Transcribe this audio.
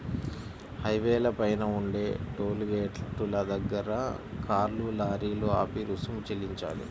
హైవేల పైన ఉండే టోలు గేటుల దగ్గర కార్లు, లారీలు ఆపి రుసుము చెల్లించాలి